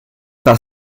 par